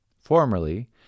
Formerly